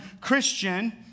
Christian